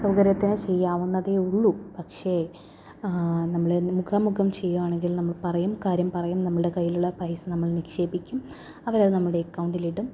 സൗകര്യത്തിന് ചെയ്യാവുന്നതേ ഉള്ളു പക്ഷെ നമ്മളെ മുഖാ മുഖം ചെയ്യുകയാണെങ്കിൽ നമ്മൾ പറയും കാര്യം പറയും നമ്മുടെ കൈയിലുള്ള പൈസ നമ്മൾ നിക്ഷേപിക്കും അവരത് നമ്മുടെ അക്കൗണ്ടിൽ ഇടും